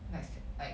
like like